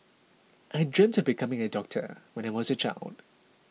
I dreamt of becoming a doctor when I was a child